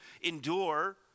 endure